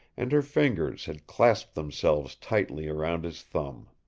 and her fingers had clasped themselves tightly round his thumb.